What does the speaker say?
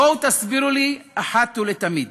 בואו תסבירו לי אחת ולתמיד